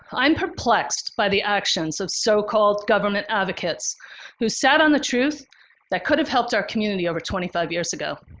i'm perplexed by the actions of so-called government advocates who sat on the truth that could have helped our community over twenty five years ago.